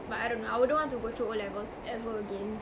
but I don't know I wouldn't want to go through O levels ever again